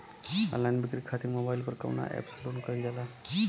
Online बिक्री खातिर mobile पर कवना एप्स लोन कईल जाला?